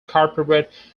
corporate